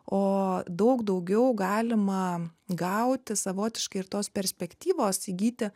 o daug daugiau galima gauti savotiškai ir tos perspektyvos įgyti